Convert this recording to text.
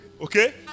okay